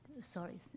sorry